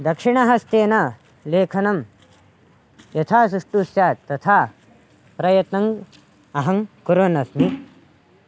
दक्षिणहस्तेन लेखनं यथा सष्ठु स्यात् तथा प्रयत्नं अहं कुर्वन्नस्मि